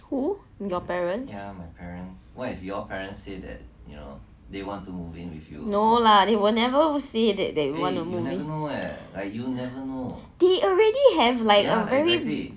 who your parents no lah they will never say that they will want to move in they already have like a very